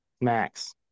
Max